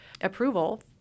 approval